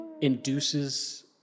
induces